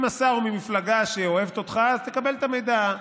אם השר הוא ממפלגה שאוהבת אותך, אז תקבל את המידע.